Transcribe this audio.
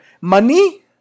money